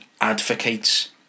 advocates